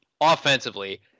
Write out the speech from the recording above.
Offensively